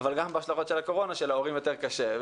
אבל גם בהשלכות של הקורונה שלהורים יותר קשה.